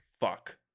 Fuck